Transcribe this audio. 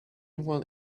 one